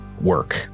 work